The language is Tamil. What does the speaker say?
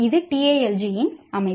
இது TALG இன் அமைப்பு